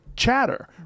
chatter